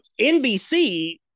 NBC